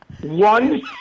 one